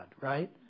Right